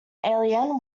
alien